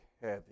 heavy